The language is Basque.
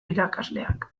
irakasleak